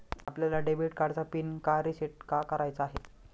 आपल्याला डेबिट कार्डचा पिन का रिसेट का करायचा आहे?